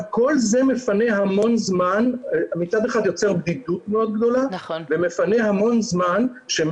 כל זה יוצר בדידות מאוד גדולה ומפנה המון זמן.